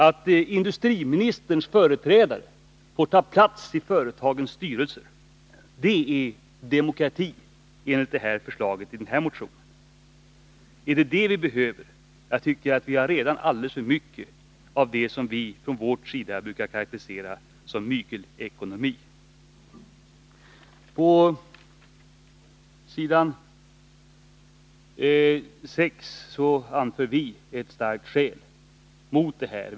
Att industriministerns företrädare får ta plats i företagens styrelse — det är demokrati enligt förslaget i denna motion. Är det vad vi behöver? Jag tycker att vi redan har alldeles för mycket av det som vi från vår sida brukar karakterisera som mygelekonomi. På s. 6 i betänkandet anför vi ett starkt skäl mot detta förslag.